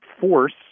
force